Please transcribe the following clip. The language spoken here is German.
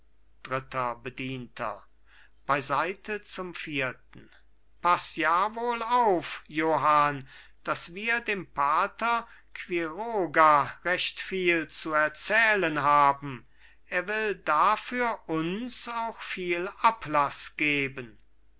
dritter bedienter beiseite zum vierten paß ja wohl auf johann daß wir dem pater quiroga recht viel zu erzählen haben er will dafür uns auch viel ablaß geben